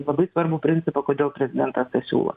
labai svarbų principą kodėl prezidentas tą siūlo